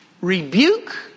rebuke